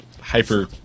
hyper